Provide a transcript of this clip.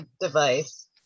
device